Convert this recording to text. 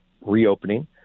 reopening